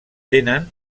tenen